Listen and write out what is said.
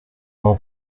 nko